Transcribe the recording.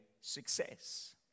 success